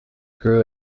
grew